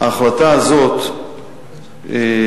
ההחלטה הזאת שלי